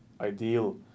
ideal